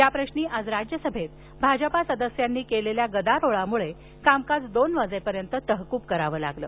या प्रश्नी आज राज्यसभेत भाजपा सदस्यांनी केलेल्या गदारोळामुळे कामकाज दोन वाजेपर्यंत तहकूब करावं लागलं